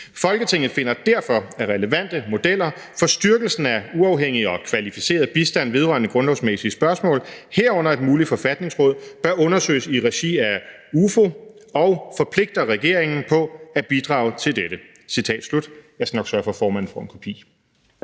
Folketinget finder derfor, at relevante modeller for styrkelsen af uafhængig og kvalificeret bistand vedrørende grundlovsmæssige spørgsmål – herunder et muligt forfatningsråd – bør undersøges i regi af UFO, og forpligter regeringen på at bidrage til dette.«